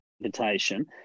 invitation